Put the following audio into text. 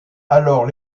alors